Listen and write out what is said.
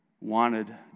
wanted